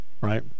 right